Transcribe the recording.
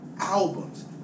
albums